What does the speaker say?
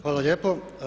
Hvala lijepo.